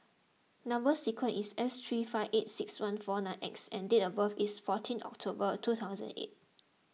Number Sequence is S three five eight six one four nine X and date of birth is fourteen October two thousand eight